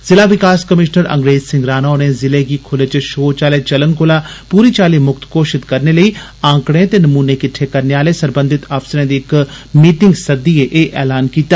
जिला विकास कमीष्नर अंग्रेज सिंह राणा होरें जिले गी खुले च षोच आले चलन कोला पूरी चाल्ली मुक्त घोशित करने लेई आंकडें ते नमूने किट्डे करने आले सरबंधित अफसरें दी इक मीटिंग सद्दी ते एह् ऐलान कीता